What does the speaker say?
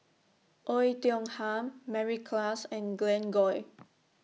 Oei Tiong Ham Mary Klass and Glen Goei